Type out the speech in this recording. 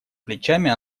плечами